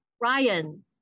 Ryan